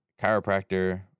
chiropractor